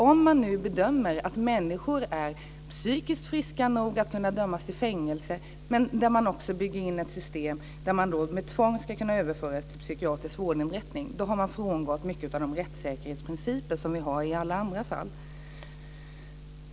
Om man nu bedömer att människor är psykiskt friska nog att kunna dömas till fängelse och om man också bygger in ett system där människor med tvång ska kunna överföras till en psykiatrisk vårdinrättning har man frångått många av de rättssäkerhetsprinciper som vi har i alla andra fall.